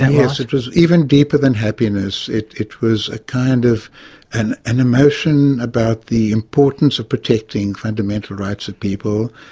yes, it was even deeper than happiness, it it was a kind of an an emotion about the importance of protecting fundamental rights of people,